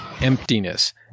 emptiness